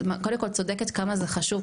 קודם כל צודקת כמה זה חשוב,